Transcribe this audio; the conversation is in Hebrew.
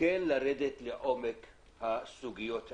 לרדת לעומק הסוגיות האלה.